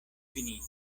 finita